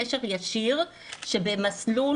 קשר ישיר שבמסלול,